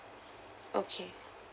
okay